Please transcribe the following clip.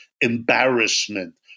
embarrassment